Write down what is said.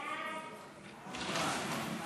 סעיפים 1